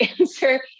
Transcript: answer